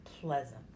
pleasant